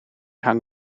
hang